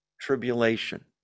tribulation